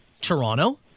Toronto